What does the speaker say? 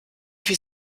wie